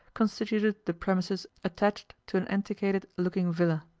constituted the premises attached to an antiquated-looking villa.